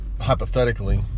hypothetically